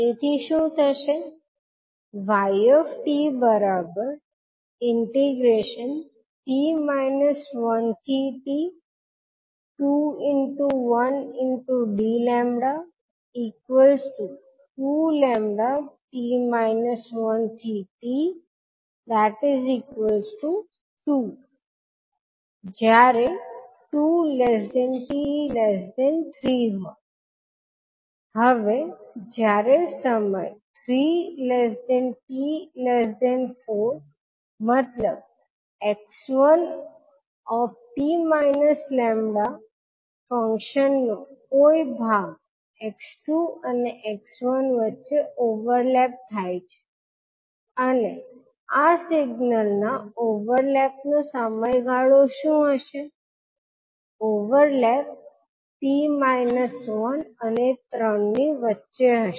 તેથી શું થશે yt 1t21dλ2λt 1t2 2t3 હવે જયારે સમય 3 𝑡 4 મતલબ 𝑥1𝑡 − 𝜆 ફંક્શન નો કોઈ ભાગ 𝑥2 અને 𝑥1 વચ્ચે ઓવરલેપ થાય છે અને આ સિગ્નલના ઓવરલેપ નો સમયગાળો શું હશે ઓવરલેપ 𝑡 − 1 અને 3 ની વચ્ચે હશે